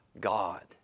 God